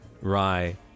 rye